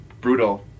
brutal